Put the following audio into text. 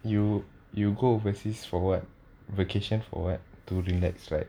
you you go overseas for what vacation for what to relax right